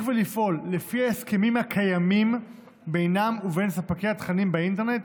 ולפעול לפי ההסכמים הקיימים בינם ובין ספקי התכנים באינטרנט,